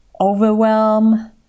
overwhelm